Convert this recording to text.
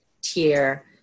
tier